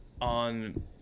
on